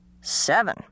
seven